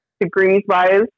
degrees-wise